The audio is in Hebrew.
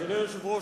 אדוני היושב-ראש,